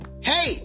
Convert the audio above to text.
Hey